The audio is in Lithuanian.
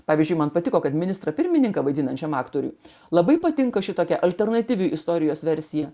pavyzdžiui man patiko kad ministrą pirmininką vaidinančiam aktoriui labai patinka šitokia alternatyvi istorijos versija